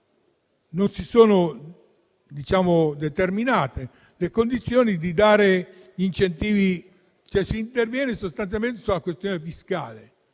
non si sono create le condizioni per dare incentivi. Si interviene, sostanzialmente, sulla questione fiscale,